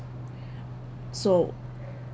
so